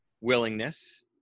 willingness